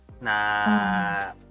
na